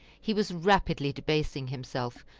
he was rapidly debasing himself,